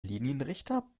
linienrichter